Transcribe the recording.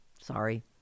sorry